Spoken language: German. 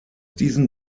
diesen